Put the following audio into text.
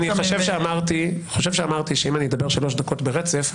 אני חושב שאמרתי שאם אני אדבר שלוש דקות ברצף,